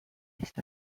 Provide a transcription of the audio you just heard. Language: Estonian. eest